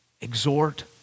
exhort